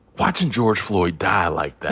watching george floyd die like that.